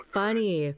funny